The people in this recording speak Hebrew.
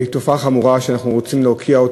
תופעה חמורה שאנחנו רוצים להוקיע.